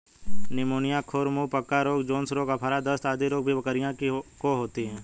pneumonia, खुर मुँह पका रोग, जोन्स रोग, आफरा, दस्त आदि रोग भी बकरियों को होता है